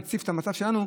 מציף את המצב שלנו,